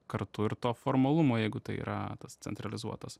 kartu ir to formalumo jeigu tai yra tas centralizuotas